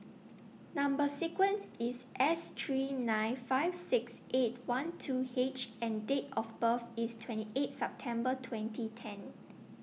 Number sequence IS S three nine five six eight one two H and Date of birth IS twenty eight September twenty ten